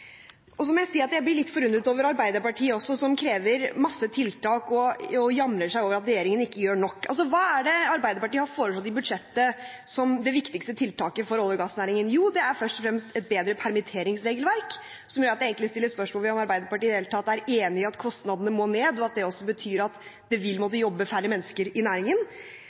Så må jeg si at jeg blir litt forundret over Arbeiderpartiet, som krever mange tiltak og jamrer seg over at regjeringen ikke gjør nok. Hva er det Arbeiderpartiet har foreslått i budsjettet som det viktigste tiltaket for olje- og gassnæringen? Jo, det er først og fremst et bedre permitteringsregelverk, som gjør at jeg egentlig må stille spørsmål ved om Arbeiderpartiet i det hele tatt er enig i at kostnadene må ned, og at det også betyr at det vil måtte jobbe færre mennesker i næringen.